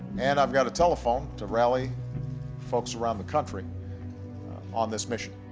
and i've got a telephone to rally folks around the country on this mission.